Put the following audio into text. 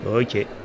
Ok